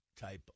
type